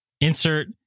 insert